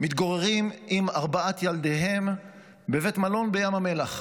מתגוררים עם ארבעת ילדיהם בבית מלון בים המלח,